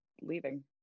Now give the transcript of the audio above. leaving